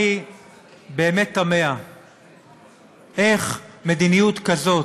אני באמת תמה איך מדיניות כזאת,